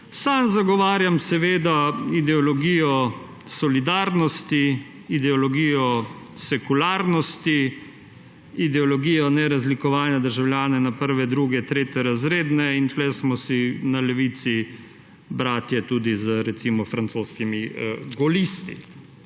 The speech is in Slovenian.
Sam zagovarjam ideologijo solidarnosti, ideologijo sekularnosti, ideologijo nerazlikovanja državljanov na prvo-, drugo-, tretjerazredne. In tu smo si na levici bratje tudi z recimo francoskimi golisti.